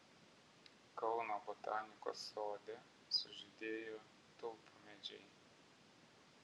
kauno botanikos sode sužydėjo tulpmedžiai